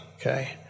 okay